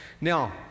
Now